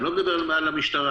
ואני לא מדבר על המשטרה,